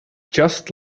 just